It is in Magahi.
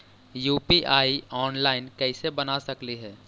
यु.पी.आई ऑनलाइन कैसे बना सकली हे?